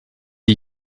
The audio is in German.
die